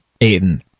Aiden